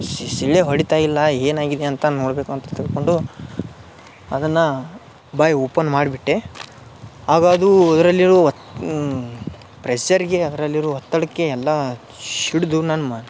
C ಸಿಳ್ಳೆ ಹೊಡಿತಾ ಇಲ್ಲ ಏನಾಗಿದೆ ಅಂತ ನೋಡಬೇಕು ಅಂತ ತಿಳ್ಕೊಂಡು ಅದನ್ನು ಬಾಯಿ ಓಪನ್ ಮಾಡ್ಬಿಟ್ಟೆ ಆಗ ಅದು ಇದ್ರಲ್ಲಿರೋ ಹೊತ್ತು ಪ್ರೆಶರ್ಗೆ ಅದ್ರಲ್ಲಿರೊ ಒತ್ತಡಕ್ಕೆ ಎಲ್ಲಾ ಸಿಡ್ದು ನನ್ನ